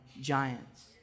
giants